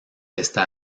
está